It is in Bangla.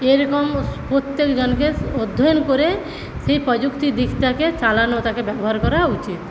এরকম প্রত্যেকজনকে অধ্যয়ন করে সেই প্রযুক্তির দিকটাকে চালানো তাকে ব্যবহার করা উচিত